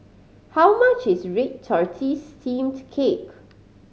how much is red tortoise steamed cake